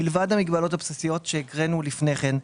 מלבד המגבלות הבסיסיות שהקראנו לפני כן,